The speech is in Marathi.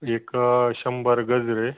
एक शंभर गजरे